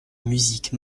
musique